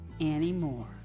anymore